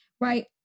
Right